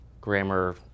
grammar